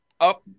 Up